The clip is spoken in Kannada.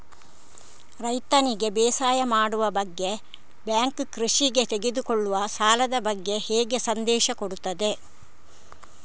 ರೈತನಿಗೆ ಬೇಸಾಯ ಮಾಡುವ ಬಗ್ಗೆ ಬ್ಯಾಂಕ್ ಕೃಷಿಗೆ ತೆಗೆದುಕೊಳ್ಳುವ ಸಾಲದ ಬಗ್ಗೆ ಹೇಗೆ ಸಂದೇಶ ಕೊಡುತ್ತದೆ?